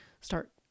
start